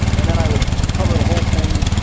and then i would cover the whole thing